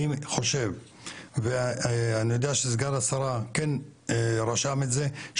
אני חושב ואני יודע שסגן השרה כן רשם את זה,